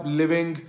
living